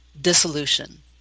dissolution